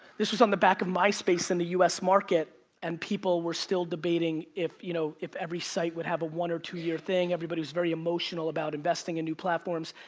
this was on the back of myspace in the u s. market and people were still debating if you know if every site would have a one or two year thing. everybody was very emotional about investing in new platforms.